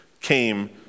came